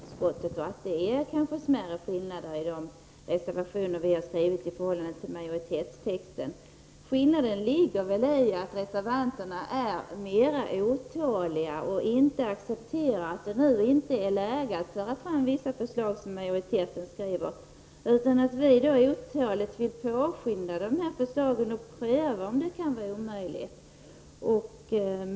Fru talman! Jag instämmer i att det råder en stor enighet i utskottet och att det kanske är smärre skillnader i de resevationer vi har skrivit i förhållande till majoritetens text. Skillnaden ligger väl i att reservanterna är mera otåliga och inte accepterar att det nu inte är läge att föra fram vissa förslag — som majoriteten skriver. Vi vill otåligt påskynda förslagen och pröva om det kan vara möjligt.